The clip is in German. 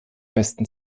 besten